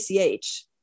ACH